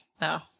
No